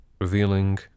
revealing